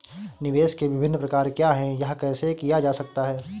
निवेश के विभिन्न प्रकार क्या हैं यह कैसे किया जा सकता है?